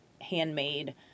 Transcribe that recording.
handmade